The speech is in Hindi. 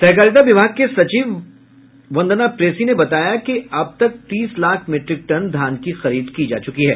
सहकारिता विभाग के सचिव वंदना प्रेयसी ने बताया कि अब तक तीस लाख मीट्रिक टन धान की खरीद की जा चुकी है